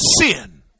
sin